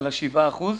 כן.